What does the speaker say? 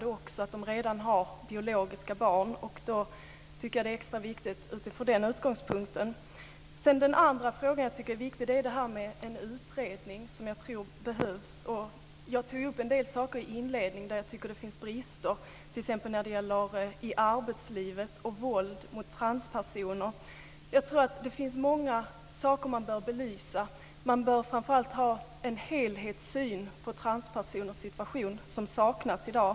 Från utgångspunkten att de ofta redan har biologiska barn tycker jag att det är extra viktigt. Den andra frågan som jag tycker är viktig är detta med en utredning, som jag tror behövs. Jag tog i inledningen upp en del saker där jag tycker att det finns brister, t.ex. i arbetslivet och när det gäller våld mot transpersoner. Jag tror att det finns många saker som bör belysas. Man bör framför allt ha en helhetssyn på transpersoners situation som saknas i dag.